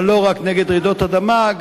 אבל החיזוק הוא לא רק נגד רעידות אדמה,